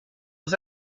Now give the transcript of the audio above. aux